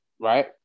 right